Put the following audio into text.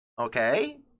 okay